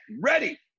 Ready